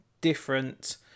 different